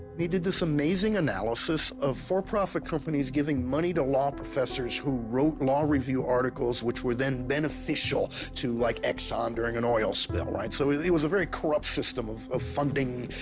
he did this amazing analysis of for profit companies giving money to law professors who wrote law review articles which would then beneficial to, like, exxon, during an oil spill so it it was a very corrupt system of of funding,